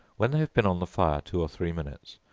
when they have been on the fire two or three minutes,